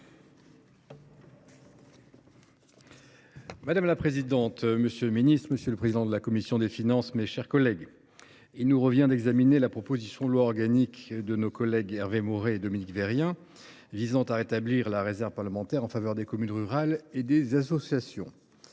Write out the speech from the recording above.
Madame la présidente, monsieur le ministre, mes chers collègues, il nous revient d’examiner la proposition de loi organique de nos collègues Hervé Maurey et Dominique Vérien, visant à rétablir la réserve parlementaire en faveur des communes rurales et des associations.